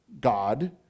God